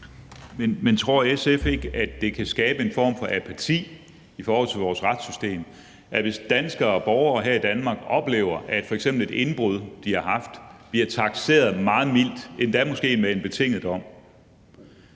Men tror SF ikke, det kan skabe en form for apati over for vores retssystem, hvis danskere og borgere her i Danmark oplever, at f.eks. et indbrud, de har haft, bliver takseret meget mildt – endda måske med en betinget dom?